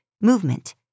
movement